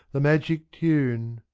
the magic tune!